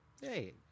hey